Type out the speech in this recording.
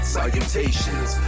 Salutations